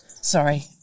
sorry